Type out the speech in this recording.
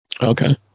Okay